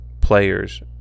players